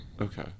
Okay